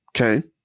Okay